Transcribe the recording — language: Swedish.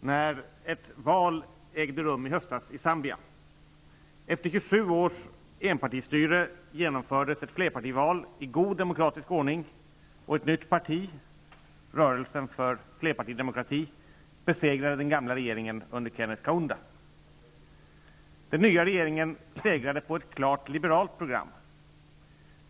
när ett val i höstas ägde rum i Zambia. Efter 27 års enpartistyre genomfördes ett flerpartival i god demokratisk ordning, och ett nytt parti, Rörelsen för flerpartidemokrati, besegrade den gamla regeringen under Kenneth Kaunda. Den nya regeringen segrade på ett klart liberalt program.